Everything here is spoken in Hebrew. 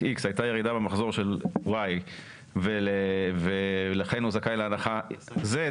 X הייתה ירידה במחזור של Y ולכן הוא זכאי להנחה Z,